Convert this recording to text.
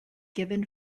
given